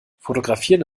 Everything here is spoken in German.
fotografieren